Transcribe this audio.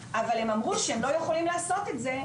אבל הם אמרו שהם לא יכולים לעשות את זה,